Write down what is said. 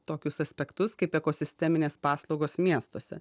tokius aspektus kaip ekosisteminės paslaugos miestuose